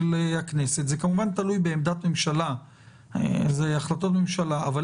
הכנסת זה כמובן תלוי בעמדת ממשלה ובהחלטות ממשלה אבל